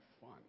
fun